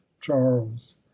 charles